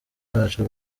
wacu